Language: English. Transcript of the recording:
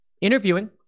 interviewing